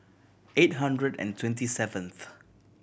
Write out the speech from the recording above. eight hundred and twenty seventh